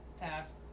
Pass